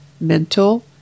mental